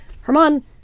Herman